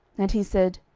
and he said,